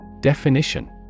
Definition